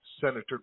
Senator